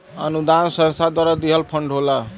अनुदान संस्था द्वारा दिहल फण्ड होला